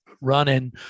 running